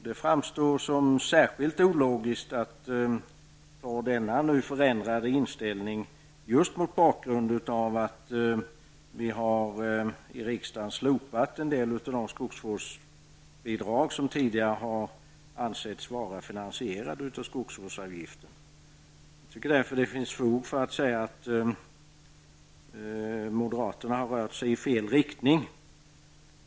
Det framstår som särskilt ologiskt att ha denna förändrade inställning just mot bakgrund av att riksdagen har slopat en del av de skogsvårdsbidrag som tidigare har ansetts finansierade av skogsvårdsavgiften. Jag tycker därför det finns fog för att säga att moderaterna har rört sig i fel riktning.